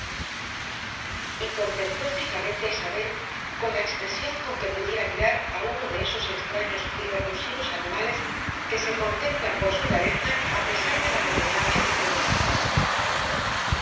contempló fijamente a isabel con la expresión con que pudiera mirar a uno de esos extraños y repulsivos animales que se contemplan por su rareza a pesar de la repugnancia que producen